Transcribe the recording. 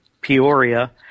Peoria